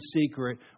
secret